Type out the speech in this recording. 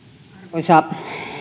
arvoisa